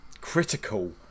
critical